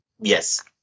Yes